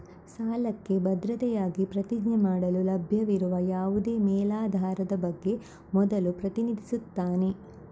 ಸಾಲಕ್ಕೆ ಭದ್ರತೆಯಾಗಿ ಪ್ರತಿಜ್ಞೆ ಮಾಡಲು ಲಭ್ಯವಿರುವ ಯಾವುದೇ ಮೇಲಾಧಾರದ ಬಗ್ಗೆ ಮೊದಲು ಪ್ರತಿನಿಧಿಸುತ್ತಾನೆ